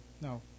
no